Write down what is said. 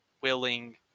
willing